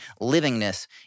livingness